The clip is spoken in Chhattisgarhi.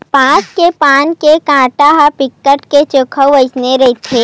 बांस के पाना के कोटा ह बिकट के चोक्खू अइसने रहिथे